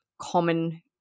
common